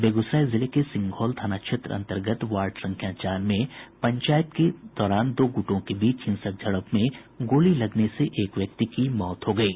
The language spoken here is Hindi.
बेगूसराय जिले के सिंघौल थाना क्षेत्र अंतर्गत वार्ड संख्या चार में पंचायती के दौरान दो गुटों के बीच हिंसक झड़प में गोली लगने से एक व्यक्ति की मौत हो गयी